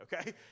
okay